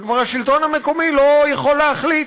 והשלטון המקומי כבר לא יכול להחליט.